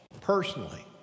personally